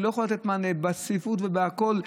היא לא יכולה לתת מענה עם הצפיפות ועם הכול.